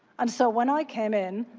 and so when i came in,